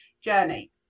journey